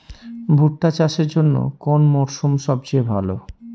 ভুট্টা চাষের জন্যে কোন মরশুম সবচেয়ে ভালো?